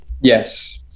yes